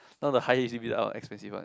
not the higher h_d_b out expensive one